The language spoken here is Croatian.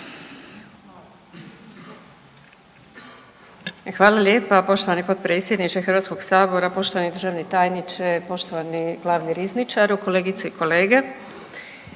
Hvala lijepa poštovani potpredsjedniče HS-a, poštovani državni tajniče, poštovani glavni rizničaru, kolegice i kolege.